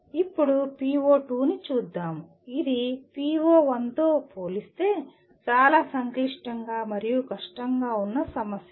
ఇప్పుడు PO2 ని చూద్దాము ఇది PO1 తో పోలిస్తే చాలా సంక్లిష్టంగా మరియు కష్టంగా ఉన్న సమస్య